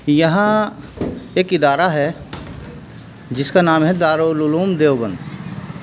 یہاں ایک ادارہ ہے جس کا نام ہے دارالعلوم دیوبند